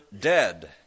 dead